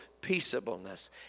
peaceableness